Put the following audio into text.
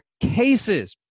cases